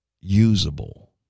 usable